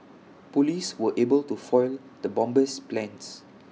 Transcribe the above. Police were able to foil the bomber's plans